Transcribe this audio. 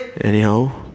anyhow